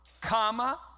comma